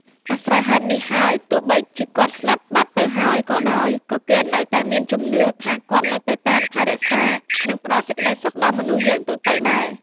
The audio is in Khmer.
អាស្រ័យហេតុនេះហើយ ទោះបីជាគាត់ស្លាប់បាត់ទៅហើយក៏ដោយ ក៏គេនៅមានជំនឿថាគាត់នៅតែតាមថែរក្សា និងផ្តល់សេចក្តីសុខដល់មនុស្សយើងទូទៅដែរ។